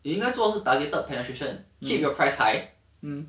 你应该做的是 targeted penetration keep your price high